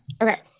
okay